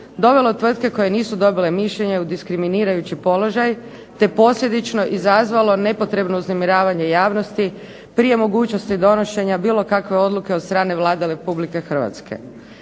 dovelo tvrtke koje nisu dobile mišljenje u diskriminirajući položaj te posljedično izazvalo nepotrebno uznemiravanje javnosti prije mogućnosti donošenja bilo kakve odluke od strane Vlade Republike Hrvatske.